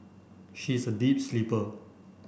she is a deep sleeper